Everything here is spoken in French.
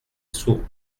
sous